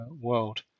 world